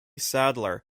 sadler